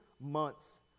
months